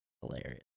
Hilarious